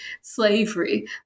slavery